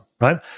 right